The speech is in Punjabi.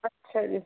ਅੱਛਾ ਜੀ